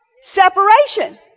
Separation